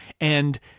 And-